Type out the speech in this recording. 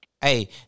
hey